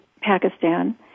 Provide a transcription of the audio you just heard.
Pakistan